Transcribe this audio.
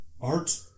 art